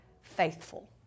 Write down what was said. faithful